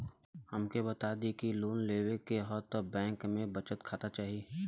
हमके बता देती की लोन लेवे के हव त बैंक में बचत खाता चाही?